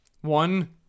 one